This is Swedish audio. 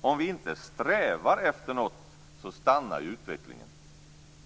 Om vi inte strävar efter något stannar utvecklingen.